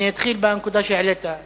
בנקודה שהעלית,